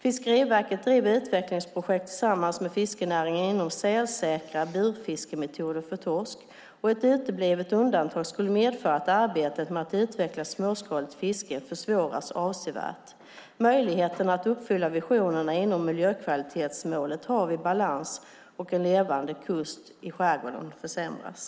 Fiskeriverket driver utvecklingsprojekt tillsammans med fiskenäringen inom området sälsäkra burfiskemetoder för torsk. Ett uteblivet undantag skulle medföra att arbetet med att utveckla småskaligt fiske avsevärt försvåras. Möjligheten att uppfylla visionerna inom miljökvalitetsmålet Hav i balans samt levande kust och skärgård försämras.